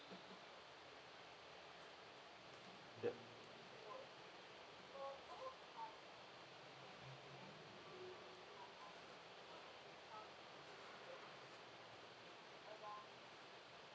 yup